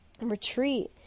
retreat